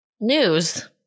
News